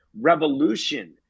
Revolution